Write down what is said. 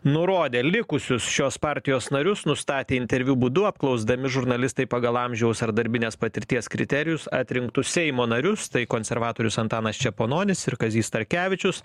nurodę likusius šios partijos narius nustatė interviu būdu apklausdami žurnalistai pagal amžiaus ar darbinės patirties kriterijus atrinktus seimo narius tai konservatorius antanas čepononis ir kazys starkevičius